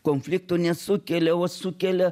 konflikto nesukelia o sukelia